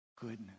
goodness